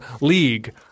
league